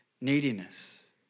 neediness